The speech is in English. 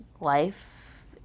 life